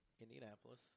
Indianapolis